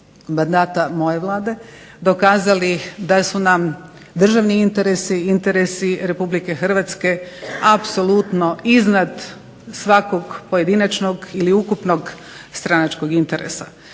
mandata moje Vlade dokazali da su nam državni interesi, interesi Republike Hrvatske apsolutno iznad svakog pojedinačnog ili ukupnog stranačkog interesa.